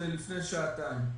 לפני שעתיים.